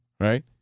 Right